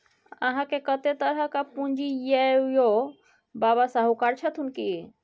अहाँकेँ कतेक तरहक पूंजी यै यौ? बाबा शाहुकार छथुन की?